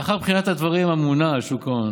לאחר בחינת הדברים הממונה על שוק ההון